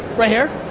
right here?